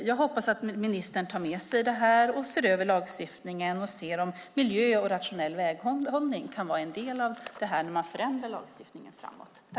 Jag hoppas alltså att ministern tar med sig detta, ser över lagstiftningen och ser om miljö och rationell väghållning kan vara en del av detta när man förändrar lagstiftningen framöver.